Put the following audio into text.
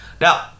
Now